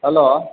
hello